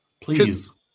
Please